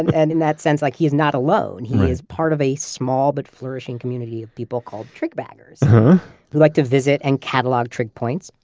and and in that sense, like he's not alone. he is part of a small but flourishing community of people called trig baggers who like to visit and catalog trig points.